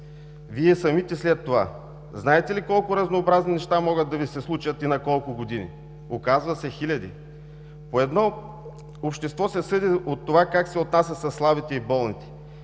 Вие самите след това. Знаете ли колко разнообразни неща могат да Ви се случат и на колко години?! Оказва се, хиляди. По едно общество се съди от това как се отнася със слабите и болните